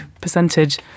percentage